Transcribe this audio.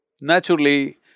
naturally